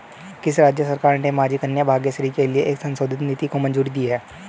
किस राज्य सरकार ने माझी कन्या भाग्यश्री के लिए एक संशोधित नीति को मंजूरी दी है?